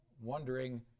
wondering